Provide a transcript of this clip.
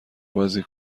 بازی